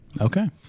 Okay